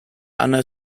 under